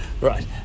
right